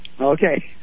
Okay